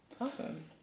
Awesome